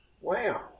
Wow